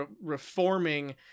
reforming